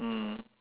mm